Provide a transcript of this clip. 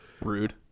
rude